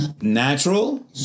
Natural